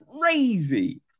Crazy